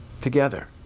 Together